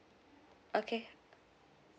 okay